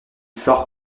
sort